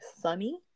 sunny